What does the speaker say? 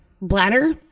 bladder